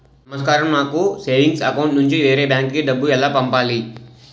నమస్కారం నాకు savings account నుంచి వేరే బ్యాంక్ కి డబ్బు ఎలా పంపాలి?